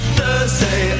Thursday